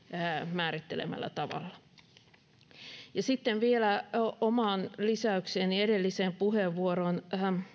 määrittelemällä tavalla sitten vielä lisäys edelliseen puheenvuorooni